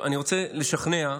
אני רוצה לשכנע.